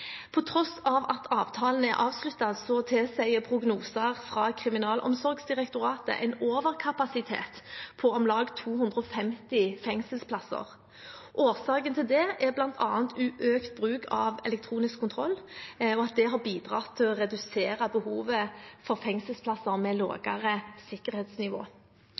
På tross av at avtalen er avsluttet, tilsier prognoser fra Kriminalomsorgsdirektoratet en overkapasitet på om lag 250 fengselsplasser. Årsaken til det er bl.a. at økt bruk av elektronisk kontroll har bidratt til å redusere behovet for fengselsplasser med lavere sikkerhetsnivå.